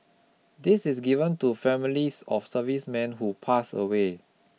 this is given to families of servicemen who pass away